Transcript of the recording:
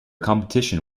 competition